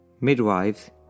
Midwives